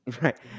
Right